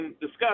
discuss